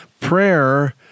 Prayer